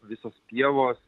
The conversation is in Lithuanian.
visos pievos